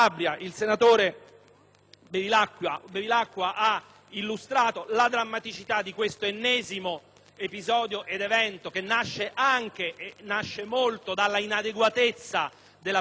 Bevilacqua ha illustrato la drammaticità di questo ennesimo evento, che nasce anche e molto dall'inadeguatezza della prevenzione territoriale